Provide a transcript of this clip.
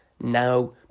now